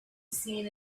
seen